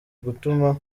gutuma